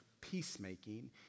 peacemaking